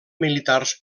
militars